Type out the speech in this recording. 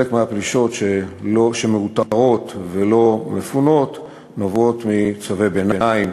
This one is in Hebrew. האי-פינוי של חלק מהפלישות שמאותרות נובע מצווי ביניים